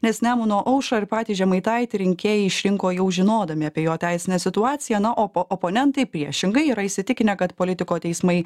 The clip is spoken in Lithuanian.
nes nemuno aušrą ir patį žemaitaitį rinkėjai išrinko jau žinodami apie jo teisinę situaciją na opo oponentai priešingai yra įsitikinę kad politiko teismai